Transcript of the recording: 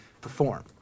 perform